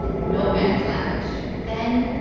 like no man's land. but then,